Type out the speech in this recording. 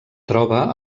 troba